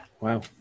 wow